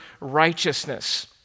righteousness